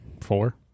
four